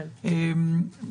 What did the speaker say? אלהרר, נכון.